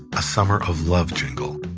a summer of love jingle.